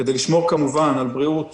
כדי לשמור כמובן על בריאות